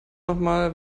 nochmal